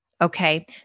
okay